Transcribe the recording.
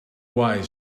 wise